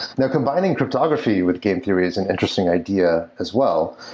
now combining cryptography with game theory is an interesting idea as well.